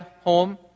home